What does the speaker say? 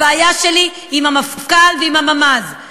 הבעיה שלי היא עם המפכ"ל ועם הממ"ז,